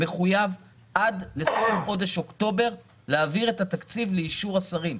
מחויב עד לסוף חודש אוקטובר להעביר את התקציב לאישור השרים.